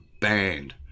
banned